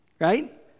right